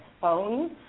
phones